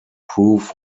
prove